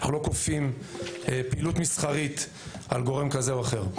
אנחנו לא כופים פעילות מסחרית על גורם כזה או אחר.